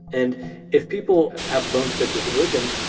and if people have a bone to pick with religion,